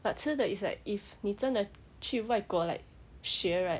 but 吃的 it's like if 你真的去外国 like 学 right